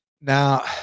now